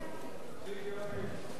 עברה בקריאה שלישית ותיכנס לספר החוקים של מדינת